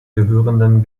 gehörenden